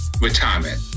retirement